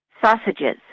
Sausages